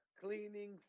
cleaning